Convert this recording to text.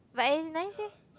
but it's nice eh